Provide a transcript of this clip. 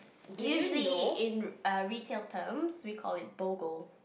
usually in uh retail terms we call it Bogo